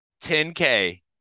10K